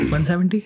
170